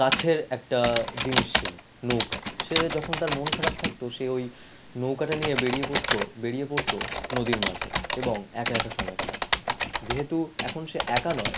কাছের একটা জিনিস ছিলো নৌকা সে যখন তার মন খারাপ থাকতো সে ওই নৌকাটা নিয়ে বেরিয়ে পরতো বেরিয়ে পরতো নদীর মাঝে এবং একা একা সময় কাটাতো যেহেতু এখন সে একা নয়